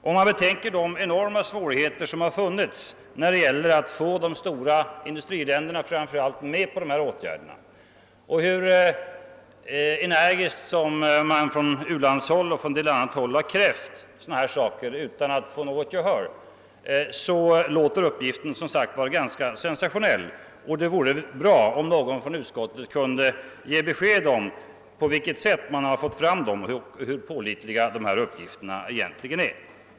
Om man betänker de enorma svårigheter som har visat sig föreligga när det gällt att få framför allt de stora industriländerna med på sådana åtgärder och hur energiskt man från u-landshåll och från en del andra håll har krävt sådana åtgärder utan att få något gehör, låter uppgiften som sagt ganska sensationell, och det vore bra, om någon från utskottet kunde ge besked om på vilket sätt man har fått fram den och hur tillförlitlig denna uppgift egentligen är.